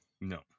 No